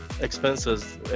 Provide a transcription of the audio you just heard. expenses